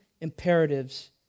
imperatives